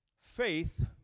Faith